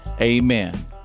amen